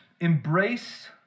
embrace